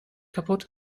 kaputt